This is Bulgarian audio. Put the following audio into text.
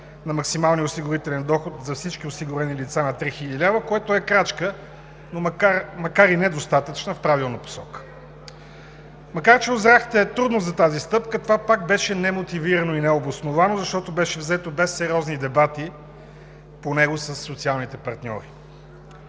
на максималния осигурителен доход за всички осигурени лица на 3000 лв., което е крачка, макар и недостатъчна, в правилната посока. Макар че узряхте трудно за тази стъпка, това пак беше немотивирано и необосновано, защото беше взето без сериозни дебати по него със социалните партньори.